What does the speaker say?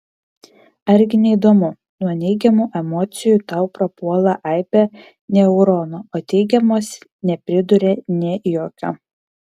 argi ne įdomu nuo neigiamų emocijų tau prapuola aibė neuronų o teigiamos nepriduria nė jokio